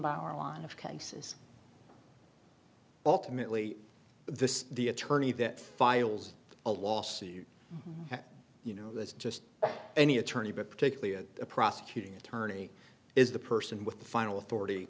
by our line of cases ultimately this is the attorney that files a lawsuit and you know that's just what any attorney but particularly a prosecuting attorney is the person with the final authority